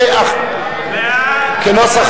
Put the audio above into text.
הצבעה